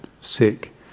sick